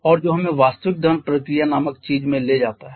और जो हमें वास्तविक दहन प्रक्रिया नामक चीज़ में ले जाता है